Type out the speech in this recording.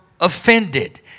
offended